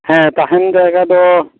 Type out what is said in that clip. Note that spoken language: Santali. ᱦᱮᱸ ᱛᱟᱦᱮᱱ ᱡᱟᱭᱜᱟ ᱫᱚ